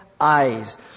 Eyes